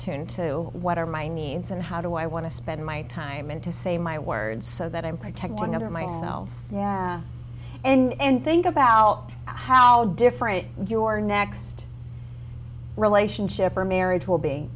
tune to what are my needs and how do i want to spend my time and to say my words so that i'm protecting other myself and think about how different your next relationship or marriage will be